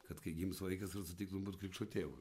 kad kai gims vaikas ar sutiktum būt krikšto tėvu